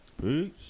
Peace